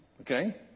Okay